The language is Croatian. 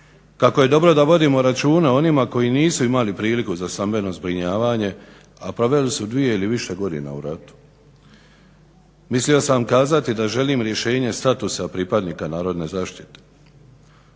kako je dobro da vodimo računa o onima koji nisu imali priliku za stambeno zbrinjavanje a proveli su dvije ili više godina u ratu. Mislio sam kazati da želim rješenje statusa pripadnika Narodne zaštite.